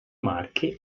marche